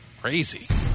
Crazy